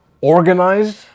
organized